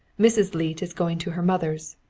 mrs. leete is going to her mother's.